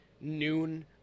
noon